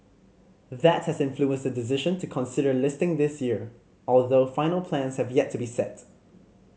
that has influenced the decision to consider listing this year although final plans have yet to be set